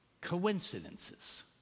coincidences